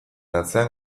atzean